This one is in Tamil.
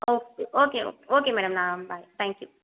ஓகே ஓகே ஓகே மேடம் நான் பாய் தேங்க் யூ